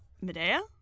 Medea